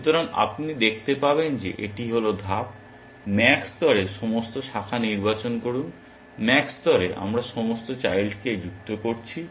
সুতরাং আপনি দেখতে পাবেন যে এটি হল ধাপ ম্যাক্স স্তরে সমস্ত শাখা নির্বাচন করুন ম্যাক্স স্তরে আমরা সমস্ত চাইল্ডকে যুক্ত করছি